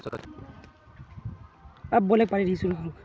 ये gold bond काय ए एमा हमन कइसे कर सकत हव?